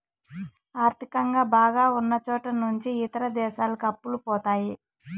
ఆర్థికంగా బాగా ఉన్నచోట నుంచి ఇతర దేశాలకు అప్పులు పోతాయి